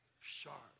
sharp